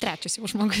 trečias jau žmogus